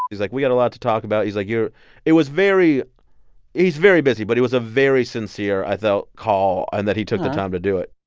he's like, we got a lot to talk about. he's like, you're it was very he's very busy. but it was a very sincere, i felt, call and that he took the time to do it